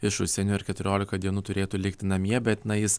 iš užsienio ir keturiolika dienų turėtų likti namie bet na jis